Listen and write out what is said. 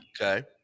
Okay